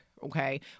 Okay